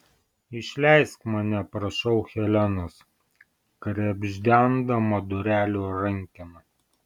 išleisk mane prašau helenos krebždendama durelių rankeną